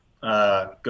go